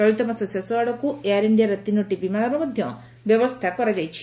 ଚଳିତ ମାସ ଶେଷ ଆଡ଼କୁ ଏୟାର୍ ଇଣ୍ଡିଆର ତିନୋଟି ବିମାନର ମଧ୍ୟ ବ୍ୟବସ୍ଥା କରାଯାଇଛି